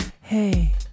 Hey